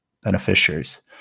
beneficiaries